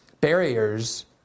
barriers